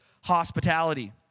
hospitality